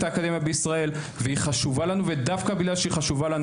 האקדמיה בישראל והיא חשובה לנו ודווקא בגלל שהיא חשובה לנו,